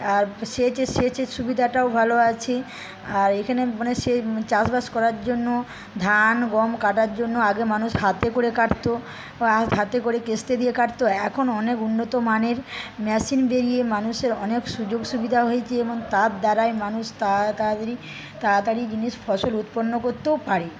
আর সেচে সেচের সুবিধাটাও ভালো আছে আর এখানে মানে সে চাষবাস করার জন্য ধান গম কাটার জন্য আগে মানুষ হাতে করে কাটতো হাতে করে কাস্তে দিয়ে কাটতো এখন অনেক উন্নত মানের মেশিন বেরিয়ে মানুষের অনেক সুযোগ সুবিধা হয়েছে এবং তার দ্বারাই মানুষ তাড়াতাড়ি তাড়াতাড়ি জিনিস ফসল উৎপন্ন করতেও পারে